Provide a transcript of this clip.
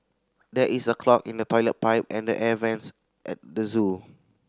there is a clog in the toilet pipe and the air vents at the zoo